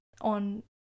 on